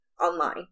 online